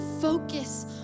focus